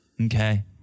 Okay